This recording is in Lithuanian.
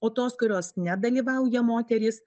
o tos kurios nedalyvauja moterys